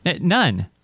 None